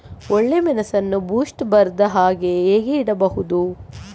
ಒಳ್ಳೆಮೆಣಸನ್ನು ಬೂಸ್ಟ್ ಬರ್ದಹಾಗೆ ಹೇಗೆ ಇಡಬಹುದು?